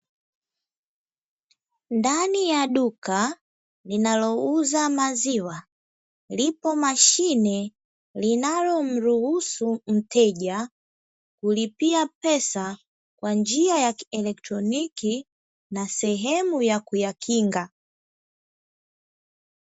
Ndani ya duka linalouza maziwa, ipo mashine inayomruhusu mteja kulipia pesa kwa njia ya kieletroniki na sehemu ya kuyakinga.